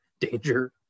danger